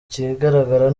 ikigaragara